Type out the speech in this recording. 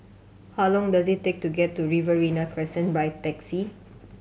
how long does it take to get to Riverina Crescent by taxi